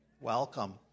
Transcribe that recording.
Welcome